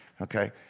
okay